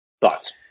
Thoughts